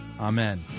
Amen